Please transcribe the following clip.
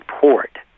port